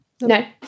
No